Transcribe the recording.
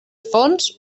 fons